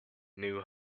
knew